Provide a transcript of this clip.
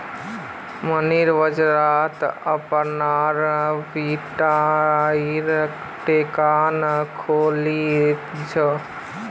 मन्नू बाजारत अपनार मिठाईर दुकान खोलील छ